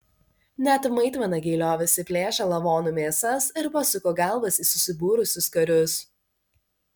net maitvanagiai liovėsi plėšę lavonų mėsas ir pasuko galvas į susibūrusius karius